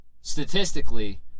statistically